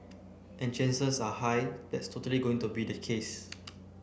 and chances are high that's totally going to be the case